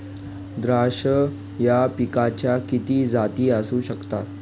द्राक्ष या पिकाच्या किती जाती असू शकतात?